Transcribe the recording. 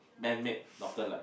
man made Northern-Light